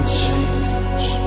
change